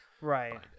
Right